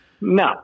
No